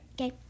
Okay